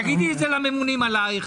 תגידי את זה לממונים עליך.